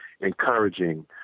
encouraging